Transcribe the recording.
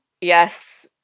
Yes